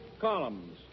columns